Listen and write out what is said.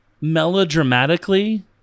melodramatically